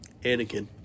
Anakin